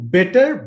Better